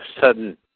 sudden